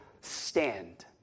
stand